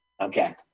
Okay